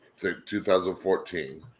2014